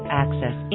access